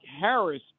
Harris